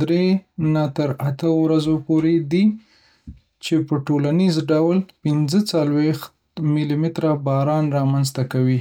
دری نه تر اته ورځې پورې دي، چې په ټولیز ډول پنځه څلویښت میلی‌متره باران رامنځته کوي.